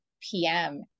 PM